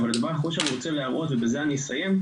אבל הדבר האחרון שאני רוצה להראות ובזה אני אסיים,